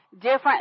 different